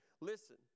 Listen